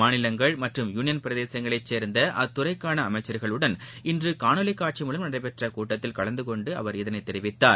மாநிலங்கள் மற்றும் யூனியன் பிரதேசங்களை சேர்ந்த அத்துறைக்கான அமைச்சர்களுடன் இன்று காணொலி காட்சி மூலம் நடைபெற்ற கூட்டத்தில் கலந்துகொண்டு பேசிய அவர் இதனை தெரிவித்தார்